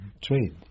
trade